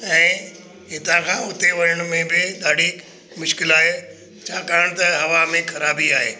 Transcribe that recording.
ऐं हितां खां उते वञण में बि ॾाढी मुश्किलु आहे छाकाणि त हवा में ख़राबी आहे